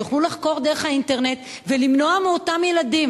שיוכלו לחקור דרך האינטרנט ולמנוע מאותם ילדים